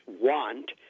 want